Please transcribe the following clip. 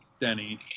Denny